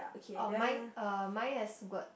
uh mine uh mine has words